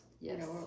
yes